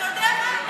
אתה יודע מה?